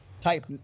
type